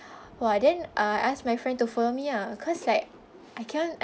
!wah! then ah I ask my friend to follow me ah cause like I cannot